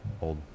old